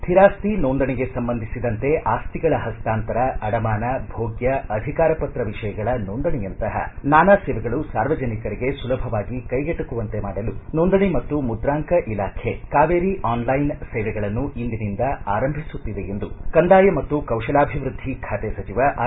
ಸ್ಹಿರಾಸ್ತಿ ನೋಂದಣಿಗೆ ಸಂಬಂಧಿಸಿದಂತೆ ಆಸ್ತಿಗಳ ಹಸ್ತಾಂತರ ಅಡಮಾನ ಭೋಗ್ಯ ಅಧಿಕಾರಪತ್ರ ವಿಷಯಗಳ ನೋಂದಣಿಯಂತಹ ನಾನಾ ಸೇವೆಗಳು ಸಾರ್ವಜನಿಕರಿಗೆ ಸುಲಭವಾಗಿ ಕೈಗೆಟಕುವಂತೆ ಮಾಡಲು ನೋಂದಣಿ ಮತ್ತು ಮುದ್ರಾಂಕ ಇಲಾಖೆ ಕಾವೇರಿ ಆನ್ಲೈನ್ ಸೇವೆಗಳನ್ನು ಇಂದಿನಿಂದ ಆರಂಭಿಸುತ್ತಿದೆ ಎಂದು ಕಂದಾಯ ಮತ್ತು ಕೌಶಲಾಭಿವೃದ್ಧಿ ಖಾತೆ ಸಚಿವ ಆರ್